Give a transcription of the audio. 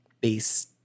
base